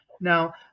now